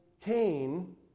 Cain